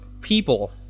people